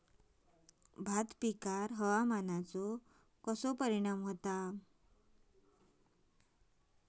भात पिकांर हवामानाचो कसो परिणाम होता?